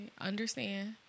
understand